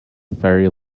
ferry